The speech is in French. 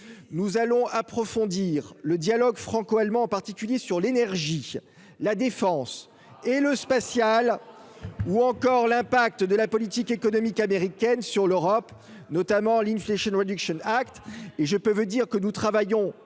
nous allons approfondir le dialogue franco-allemand, en particulier sur l'énergie, la défense et le spatial, ou encore l'impact de la politique économique américaine sur l'Europe, notamment l'Insee Addiction acte